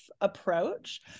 approach